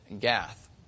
Gath